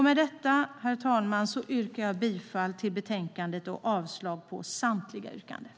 Med detta, herr talman, yrkar jag bifall till förslaget i betänkandet och avslag på samtliga reservationer.